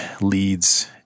leads